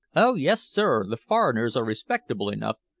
oh, yes, sir. the foreigners are respectable enough.